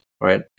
right